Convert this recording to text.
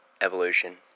evolution